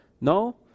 No